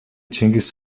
чингис